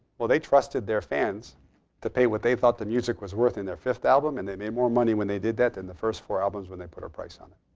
well, they trusted their fans to pay what they thought the music was worth in their fifth album. and they made more money when they did that than the first four albums when they put a price on it.